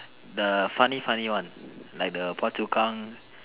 the funny funny one like the Phua-Chu-Kang